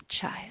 child